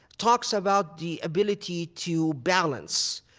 talks about the ability to balance,